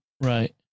right